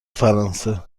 فرانسه